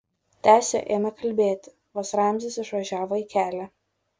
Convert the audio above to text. tęsė ėmė kalbėti vos ramzis išvažiavo į kelią